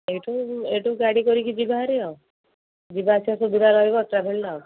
ଏଇଠୁ ଏଇଠୁ ଗାଡ଼ି କରିକି ଯିବା ହେରି ଆଉ ଯିବା ଆସିବା ସୁବିଧା ରହିବ ଟ୍ରାଭେଲ୍ଟା ଆଉ